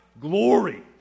glory